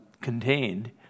contained